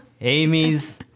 Amy's